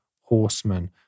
horseman